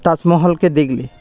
তাজমহলকে দেখলে